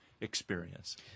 experience